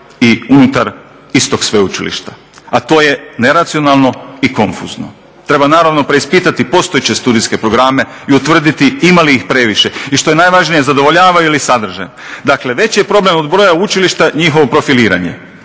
i unutar istog sveučilišta, a to je neracionalno i konfuzno. Treba naravno preispitati postojeće studijske programe i utvrditi ima li ih previše i što je najvažnije zadovoljavaju li sadržaj. Dakle, veći je problem od broja učilišta njihovo profiliranje.